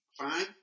fine